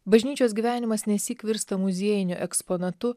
bažnyčios gyvenimas nesyk virsta muziejiniu eksponatu